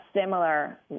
similar